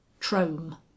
Trome